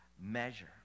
measure